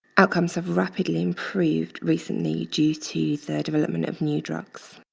outcomes have rapidly improved recently due to the development of new drugs.